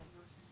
לא.